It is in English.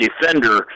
defender